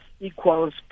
equals